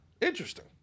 Interesting